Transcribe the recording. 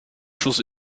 schluss